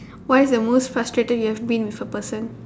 what is the most frustrated you've ever been with a person